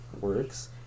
works